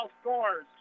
scores